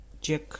check